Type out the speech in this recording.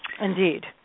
Indeed